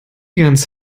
ganz